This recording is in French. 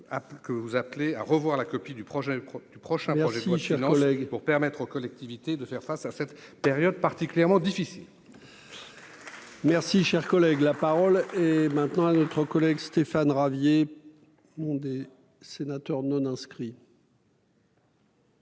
que vous appeler à revoir la copie du projet du prochain projet Michel Oleg pour permettre aux collectivités de faire face à cette période particulièrement difficile. Merci, cher collègue, la parole est maintenant à notre collègue Stéphane Ravier des sénateurs non inscrits.